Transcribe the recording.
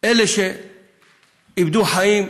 אלה שאיבדו חיים,